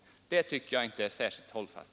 Det tycker jag inte är särskilt hållfast.